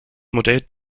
modell